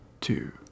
two